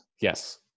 Yes